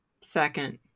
Second